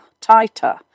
tighter